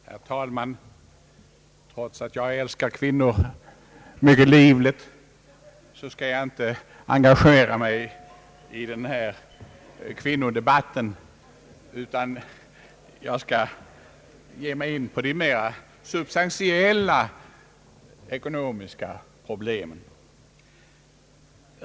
Herr talman! Trots att jag älskar kvinnor, skall jag inte engagera mig i den här kvinnodebatten, utan jag skall ge mig in på de mer substantiella ekonomiska problemen.